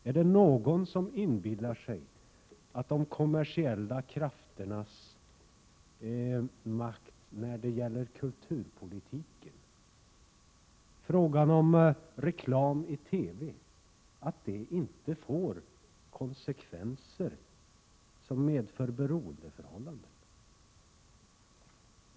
Är det någon som inbillar sig att de kommersiella krafternas makt i fråga om kulturpolitiken eller reklam i TV inte får konsekvenser som medför beroendeförhållanden?